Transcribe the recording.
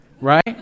right